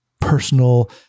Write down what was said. personal